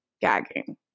gagging